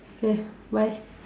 okay bye